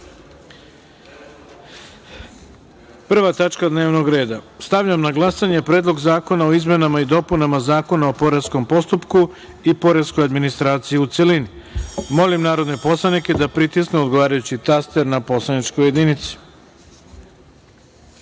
na odlučivanje. Stavljam na glasanje Predlog zakona o izmenama i dopunama Zakona o poreskom postupku i poreskoj administraciji, u celini. Molim narodne poslanike da pritisnu odgovarajući taster na poslaničkoj